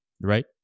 right